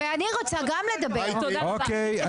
מי שרוצה יכול לצאת כבר עכשיו כי אני